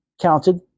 counted